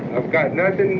i've got nothing